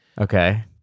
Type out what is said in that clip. okay